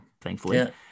thankfully